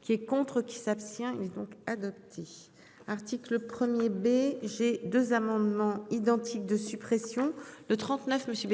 Qui est con. Qui s'abstient mais donc adopté article 1er bé j'ai deux amendements identiques de suppression le 39 Monsieur